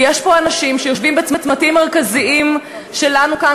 ויש פה אנשים שיושבים בצמתים מרכזיים שלנו כאן,